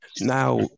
Now